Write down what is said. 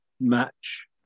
match